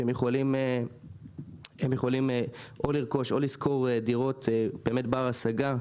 כשהם יכולים או לרכוש או לשכור דירות בנות השגה.